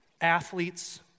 athletes